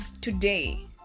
today